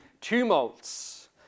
tumults